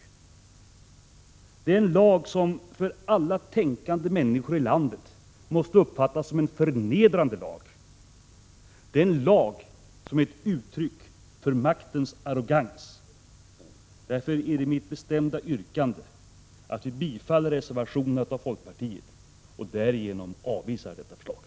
Det är en lag som för alla tänkande människor i landet måste uppfattas som en förnedrande lag. 146 Det är en lag som är ett uttryck för maktens arrogans. Därför är mitt bestämda yrkande ett bifall till reservationen från folkpartiet, innebörande att vi avvisar det framlagda förslaget.